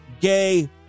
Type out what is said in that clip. gay